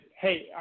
Hey